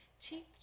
cheap